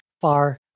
far